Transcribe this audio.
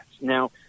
now